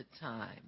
time